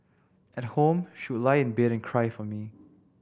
at home she would lie in bed and cry for me